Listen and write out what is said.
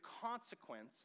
consequence